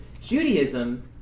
Judaism